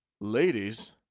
Ladies